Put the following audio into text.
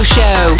Show